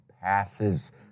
passes